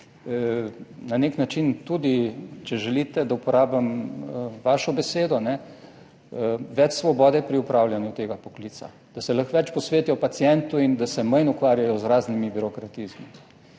na nek način tudi, če želite, da uporabim vaše besede, več svobode pri opravljanju tega poklica, da se lahko bolj posvetijo pacientu in da se manj ukvarjajo z raznimi birokratizmi.